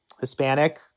Hispanic